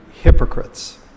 hypocrites